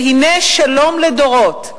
והנה שלום לדורות,